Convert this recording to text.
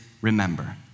remember